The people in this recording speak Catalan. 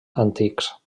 antics